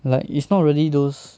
like it's not really those